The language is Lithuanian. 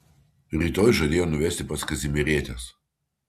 rytoj žadėjo nuvesti pas kazimierietes